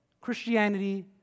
Christianity